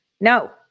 No